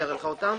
אני אראה לך אותן,